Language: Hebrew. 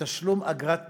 מתשלום אגרת בקשה,